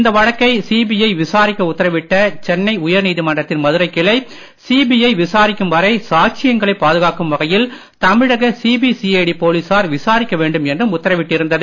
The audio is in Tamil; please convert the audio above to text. இந்த வழக்கை சிபிஐ விசாரிக்க உத்தரவிட்ட சென்னை உயர் நீதிமன்றத்தின் மதுரை கிளை சிபிஐ விசாரிக்கும் வரை சாட்சியங்களை பாதுகாக்கும் வகையில் தமிழக சிபிசிஐடி போலீசார் விசாரிக்க வேண்டும் என்றும் உத்தரவிட்டு இருந்தது